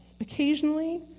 occasionally